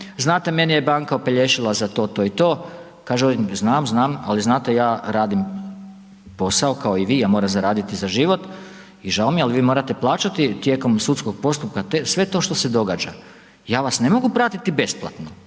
znate mene je banka opelješila za to, to i to. Kaže odvjetnik znam, znam, ali znate ja radim posao kao i vi, ja moram zaraditi za život i žao mi je ali vi morate plaćati tijekom sudskog postupka sve to što se događa, ja vas ne mogu pratiti besplatno.